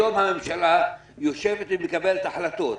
היום הממשלה יושבת ומקבלת החלטות.